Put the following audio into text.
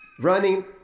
running